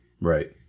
right